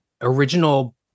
original